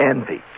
Envy